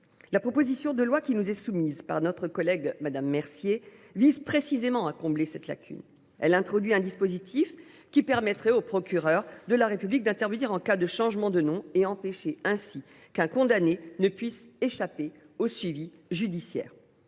La proposition de loi de notre collègue Marie Mercier vise précisément à combler cette lacune. Elle introduit un dispositif qui permettrait au procureur de la République d’intervenir en cas de changement de nom et d’empêcher ainsi qu’un condamné puisse échapper au suivi judiciaire.